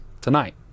tonight